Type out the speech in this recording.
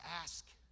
ask